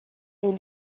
est